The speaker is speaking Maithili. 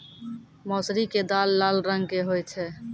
मौसरी के दाल लाल रंग के होय छै